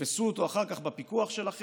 תתפסו אותו אחר כך עם הפיקוח שלכם?